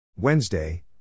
Wednesday